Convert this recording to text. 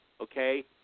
Okay